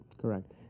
Correct